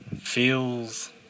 feels